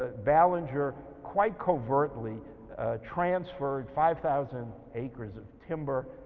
ballinger quite covertly transferred five thousand acres of timber,